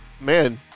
man